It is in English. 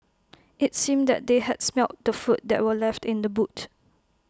IT seemed that they had smelt the food that were left in the boot